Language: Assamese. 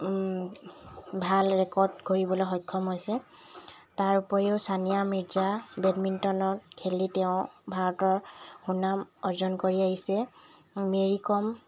ভাল ৰেকৰ্ড কৰিবলৈ সক্ষম হৈছে তাৰ উপৰিও ছানিয়া মিৰ্জা বেডমিন্টনত খেলি তেওঁ ভাৰতৰ সুনাম অৰ্জন কৰি আহিছে মেৰী কম